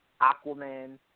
Aquaman